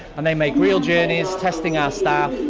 and they make real journeys, testing our staff,